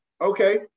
Okay